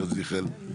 גב' זיכל,